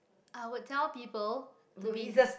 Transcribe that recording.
I would tell people to be